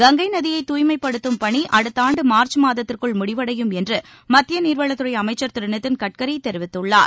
கங்கை நதியை தூய்மைப்படுத்தும் பணி அடுத்தாண்டு மார்ச் மாதத்திற்குள் முடிவடையும் என்று மத்திய நீர்வளத்துறை அமைச்சர் திரு நிதின் கட்கரி தெரிவித்துள்ளார்